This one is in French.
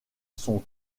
son